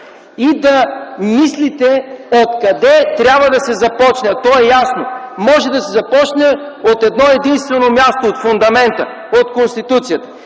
и да мислите откъде трябва да се започне. А то е ясно, може да се започне от едно единствено място – от фундамента, от Конституцията.